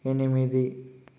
ఎనిమిది